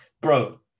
bro